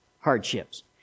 hardships